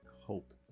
hope